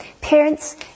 Parents